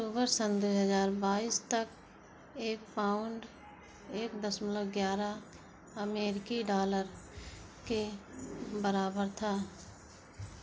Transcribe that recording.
अक्टूबर सन् दो हज़ार बाइस तक एक पाउण्ड एक दशमलव ग्यारह अमेरिकी डॉलर के बराबर था